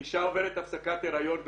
אישה עוברת הפסקת הריון תרופתית,